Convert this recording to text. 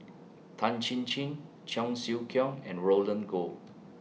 Tan Chin Chin Cheong Siew Keong and Roland Goh